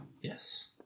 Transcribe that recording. Yes